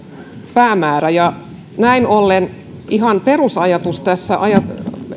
päämäärä ja näin ollen ihan perusajatus tässä